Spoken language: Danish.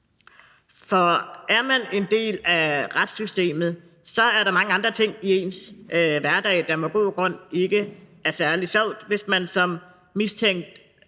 For er man en del af retssystemet, er der mange andre ting i ens hverdag, der med god grund ikke er særlig sjove – hvis man som mistænkt